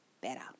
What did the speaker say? better